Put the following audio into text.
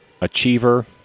achiever